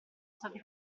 state